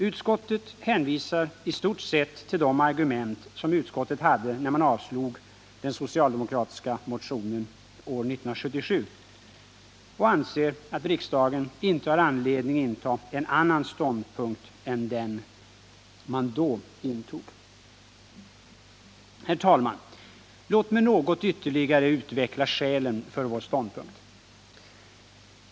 Utskottet hänvisar i stort sett till de argument som utskottet hade när man avstyrkte den socialdemokratiska motionen år 1977 och anser att riksdagen inte har anledning inta en annan ståndpunkt än den man då intog. Herr talman! Låt mig något ytterligare utveckla skälen för vår ståndpunkt.